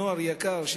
נוער יקר,